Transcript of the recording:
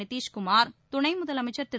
நிதிஷ் குமார் துணை முதலமைச்சர் திரு